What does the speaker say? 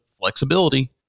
flexibility